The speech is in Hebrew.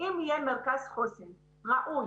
אם יהיה מרכז חוסן ראוי,